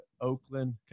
Oakland